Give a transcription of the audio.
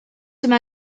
yma